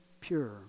pure